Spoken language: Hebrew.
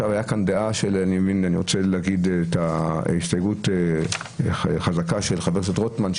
הייתה כאן דעה ואני רוצה להגיד הסתייגות חזקה של חבר הכנסת רוטמן,